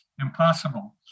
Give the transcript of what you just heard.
impossible